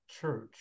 church